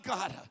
God